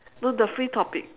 no the free topic